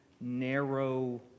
narrow